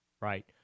right